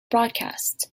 broadcasts